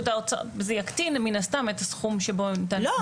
זה יקטין מן הסתם את הסכום שבו ניתן --- לא,